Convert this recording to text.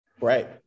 Right